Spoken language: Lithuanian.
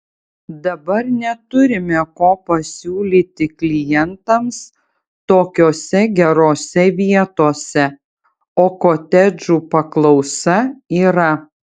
dabar neturime ko pasiūlyti klientams tokiose gerose vietose o kotedžų paklausa yra